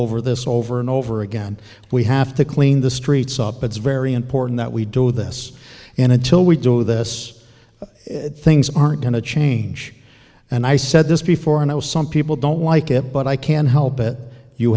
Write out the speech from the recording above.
over this over and over again we have to clean the streets up it's very important that we do this and until we do this things aren't going to change and i said this before and it was some people don't like it but i can't help it you